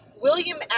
William